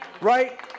Right